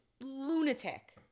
lunatic